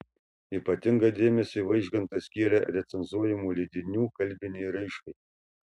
ypatingą dėmesį vaižgantas skyrė recenzuojamų leidinių kalbinei raiškai